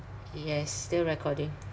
yes still recording